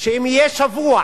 שאם יהיה שבוע